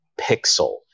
Pixel